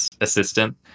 assistant